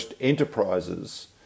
enterprises